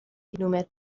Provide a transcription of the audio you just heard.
کیلومتر